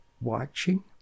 watching